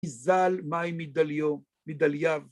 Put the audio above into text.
‫הוזל מים מדליו, מדלייו.